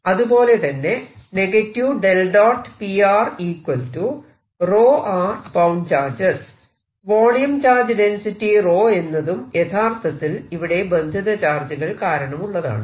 അതുപോലെ തന്നെ volume charge density 𝜌 എന്നതും യഥാർത്ഥത്തിൽ ഇവിടെ ബന്ധിത ചാർജുകൾ കാരണമുള്ളതാണ്